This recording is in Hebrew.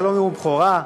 זה לא נאום בכורה,